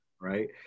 right